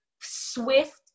swift